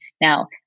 Now